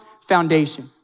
foundation